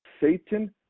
Satan